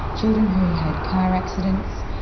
children who had car accidents,